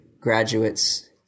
graduates